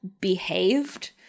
behaved